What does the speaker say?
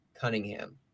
Cunningham